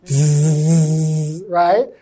Right